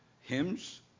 hymns